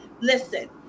Listen